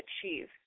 achieve